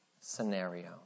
scenario